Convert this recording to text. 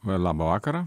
labą vakarą